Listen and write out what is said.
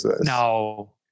No